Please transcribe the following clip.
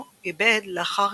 בדטרויט, מישיגן כאחד מתוך